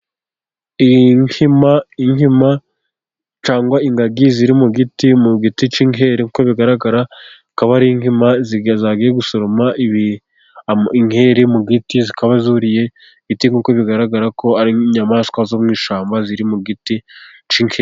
Inkima cyangwa ingagi ziri mu giti， mu giti k'inkeri nk'uko bigaragara， akaba ari inkima zagiye gusoroma inkeri mu giti， zikaba zuriye ibiti，nk'uko bigaragara ko ari inyamaswa zo mu ishyamba， ziri mu giti k'inkeri.